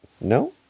No